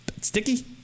sticky